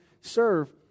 serve